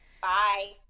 Bye